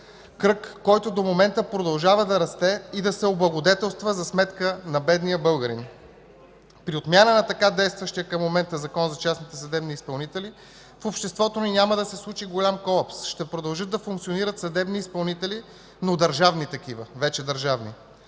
кръг, който до момента продължава да расте и да се облагодетелства за сметка на бедния българин. При отмяна на така действащия към момента Закон за частните съдебни изпълнители в обществото ни няма да се случи голям колапс. Ще продължат да функционират съдебни изпълнители, но държавни такива – вече държавни.